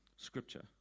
Scripture